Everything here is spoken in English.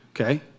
okay